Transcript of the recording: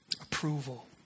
approval